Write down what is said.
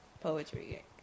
poetry